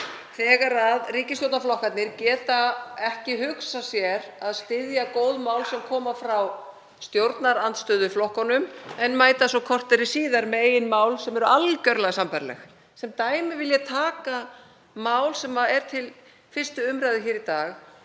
þegar ríkisstjórnarflokkarnir geta ekki hugsað sér að styðja góð mál sem koma frá stjórnarandstöðuflokkunum en mæta svo korteri síðar með eigin mál sem eru algjörlega sambærileg. Sem dæmi vil ég taka mál sem er til 1. umr. hér í dag